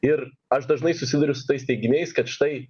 ir aš dažnai susiduriu su tais teiginiais kad štai